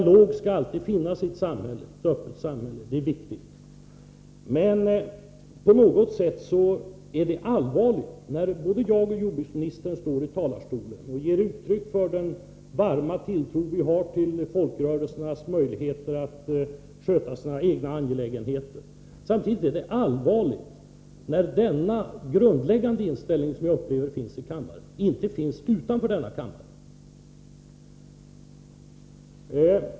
Det är viktigt att en dialog alltid finns i ett öppet samhälle. Jordbruksministern och jag ger i talarstolen uttryck för den varma tilltro vi har till folkrörelsernas möjligheter att sköta sina egna angelägenheter. Det är dock allvarligt när denna grundläggande inställning, som jag upplever finns i kammaren, inte finns utanför denna kammare.